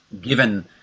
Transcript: given